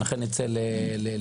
לכן נצא להצבעה.